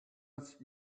its